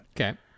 Okay